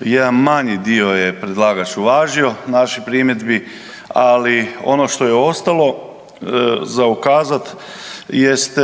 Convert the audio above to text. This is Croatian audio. jedan manji dio je predlagač uvažao naših primjedbi, ali ono što je ostalo za ukazat jeste